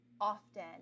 often